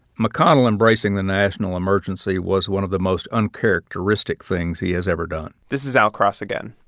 mcconnell embracing the national emergency was one of the most uncharacteristic things he has ever done. this is al cross again.